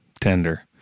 Tender